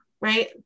right